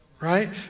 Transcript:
Right